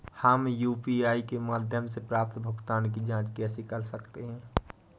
हम यू.पी.आई के माध्यम से प्राप्त भुगतान की जॉंच कैसे कर सकते हैं?